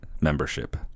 membership